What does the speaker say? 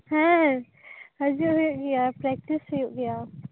ᱦᱮᱸ ᱦᱤᱡᱩᱜ ᱦᱩᱭᱩᱜ ᱜᱮᱭᱟ ᱯᱮᱠᱴᱤᱥ ᱦᱩᱭᱩᱜ ᱜᱮᱭᱟ